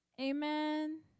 Amen